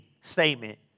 statement